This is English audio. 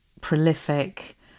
prolific